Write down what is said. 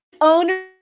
owner